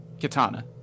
Katana